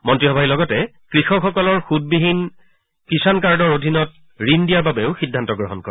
মন্ত্ৰীসভা লগতে কৃষকসকলৰ সৃতবিহীন কিষাণ কাৰ্ডৰ অধীনত ঋণ দিয়াৰ বাবেও সিদ্ধান্ত গ্ৰহণ কৰে